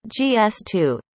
gs2